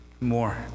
more